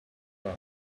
that